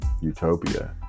utopia